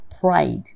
pride